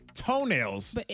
Toenails